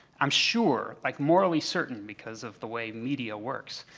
i'm sure, like morally certain because of the way media works,